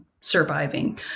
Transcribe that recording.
surviving